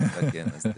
אמרתי לה, כן, אסתר.